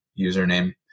username